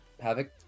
Havoc